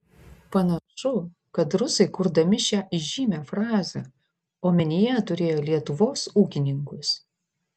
panašu kad rusai kurdami šią įžymią frazę omenyje turėjo lietuvos ūkininkus